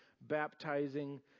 baptizing